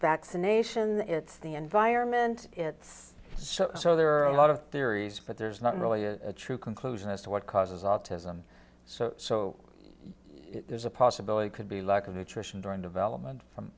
a nation it's the environment it's so so there are a lot of theories but there's not really a true conclusion as to what causes autism so so there's a possibility could be lack of nutrition during development from